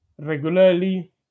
regularly